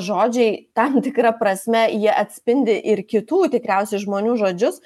žodžiai tam tikra prasme jie atspindi ir kitų tikriausiai žmonių žodžius